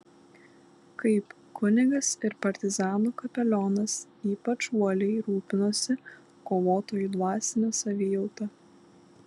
kaip kunigas ir partizanų kapelionas ypač uoliai rūpinosi kovotojų dvasine savijauta